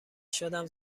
شدم